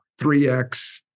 3x